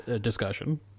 discussion